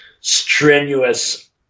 strenuous